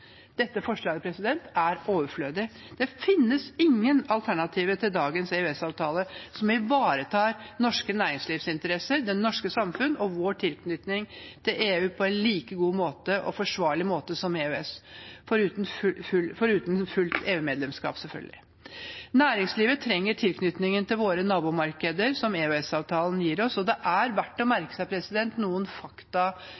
Dette forslaget er overflødig. Det finnes ingen alternativer til dagens EØS-avtale som ivaretar norske næringslivsinteresser, det norske samfunn og vår tilknytning til EU på en like god og forsvarlig måte som EØS – foruten fullt EU-medlemskap, selvfølgelig. Næringslivet trenger den tilknytningen til våre nabomarkeder som EØS-avtalen gir oss. Det er verdt å